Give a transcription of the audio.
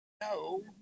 No